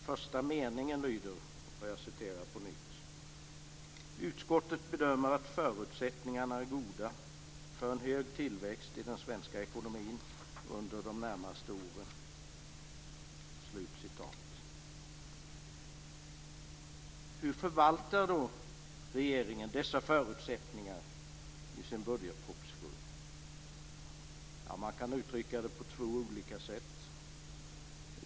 Första meningen lyder så här: "Utskottet bedömer att förutsättningarna är goda för en hög tillväxt i den svenska ekonomin under de närmaste åren." Hur förvaltar då regeringen dessa förutsättningar i sin budgetproposition? Man kan uttrycka det på två olika sätt.